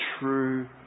true